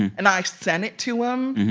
and i sent it to him.